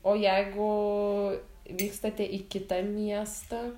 o jeigu vykstate į kitą miestą